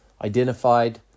identified